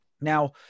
Now